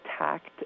attacked